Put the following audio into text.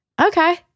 okay